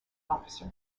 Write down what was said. officer